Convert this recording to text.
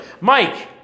Mike